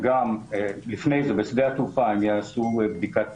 לפני זה בשדה התעופה הם יעשו בדיקת PCR,